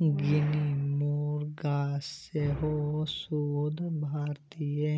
guinea मुर्गा सेहो शुद्ध भारतीय